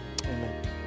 amen